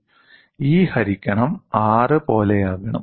E ഹരിക്കണം 6 പോലെയാകണം